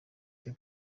twe